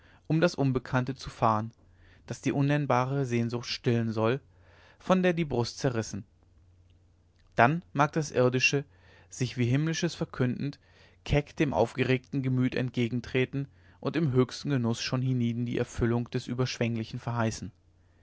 um das unbekannte zu fahen das die unnennbare sehnsucht stillen soll von der die brust zerrissen dann mag das irdische sich wie himmlisches verkündend keck dem aufgeregten gemüt entgegentreten und im höchsten genuß schon hienieden die erfüllung des überschwenglichen verheißen